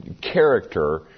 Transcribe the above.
character